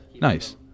nice